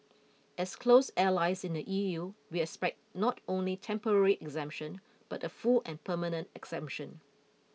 as close allies in the E U we expect not only temporary exemption but a full and permanent exemption